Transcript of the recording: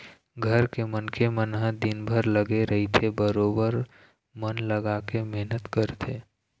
घर के मनखे मन ह दिनभर लगे रहिथे बरोबर मन लगाके मेहनत करथे